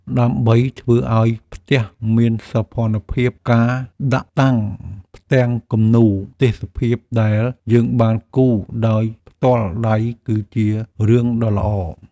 ដើម្បីធ្វើឲ្យផ្ទះមានសោភ័ណភាព ការដាក់តាំងផ្ទាំងគំនូរទេសភាពដែលយើងបានគូរដោយផ្ទាល់ដៃគឺជារឿងដ៏ល្អ។